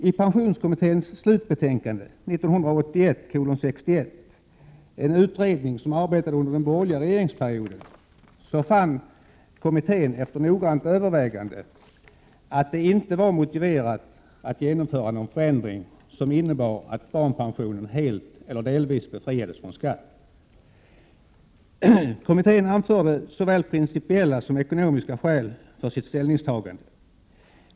I pensionskommitténs slutbetänkande — en utredning som arbetade under den borgerliga regeringsperioden — konstaterar kommittén efter noggrant övervägande att det inte var motiverat att genomföra någon förändring som innebar att barnpensionen helt eller delvis befriades från skatt. Kommittén anförde såväl principiella som ekonomiska skäl för sitt ställningstagande.